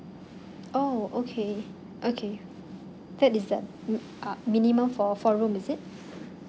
oh okay okay that is that mm ah minimum for four room is it